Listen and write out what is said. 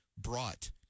brought